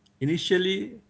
initially